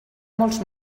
molts